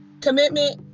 commitment